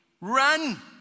run